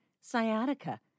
sciatica